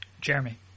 Jeremy